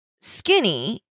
skinny